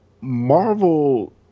Marvel